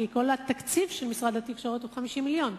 כי כל התקציב של משרד התקשורת הוא 50 מיליון,